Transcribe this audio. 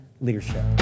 leadership